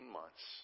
months